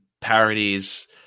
parodies